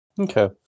Okay